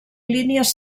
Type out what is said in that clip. línies